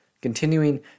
continuing